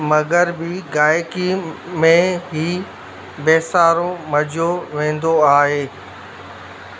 मगरबी गाइकी में हीअ बेसारो मञो वेंदो आहे